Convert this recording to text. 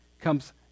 comes